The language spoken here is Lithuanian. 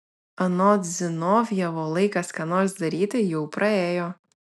anot zinovjevo laikas ką nors daryti jau praėjo